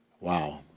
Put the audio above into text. Wow